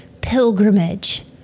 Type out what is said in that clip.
pilgrimage